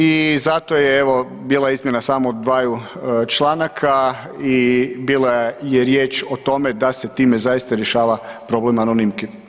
I zato je evo, bila izmjena samo dvaju članaka i bila je riječ o tome da se time zaista rješava problem anonimki.